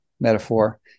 metaphor